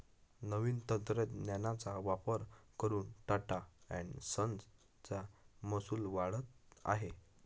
नवीन तंत्रज्ञानाचा वापर करून टाटा एन्ड संस चा महसूल वाढत आहे